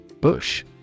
Bush